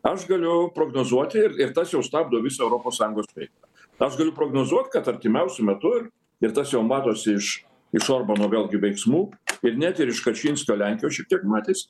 aš galiu prognozuoti ir ir tas jau stabdo viso europos sąjungos veiklą aš galiu prognozuot kad artimiausiu metu ir ir tas jau matosi iš iš orbano vėl gi veiksmų ir net ir iš kašinskio lenkijoj šiek tiek matęs